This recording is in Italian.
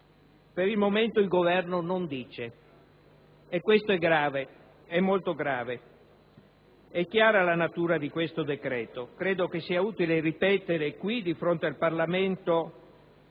Per il momento, il Governo non dice: questo è grave, molto grave. È chiara la natura di questo provvedimento. Credo sia utile ripetere qui, di fronte al Parlamento,